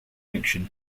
fiction